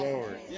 Lord